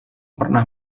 pernah